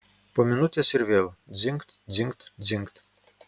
po minutės ir vėl dzingt dzingt dzingt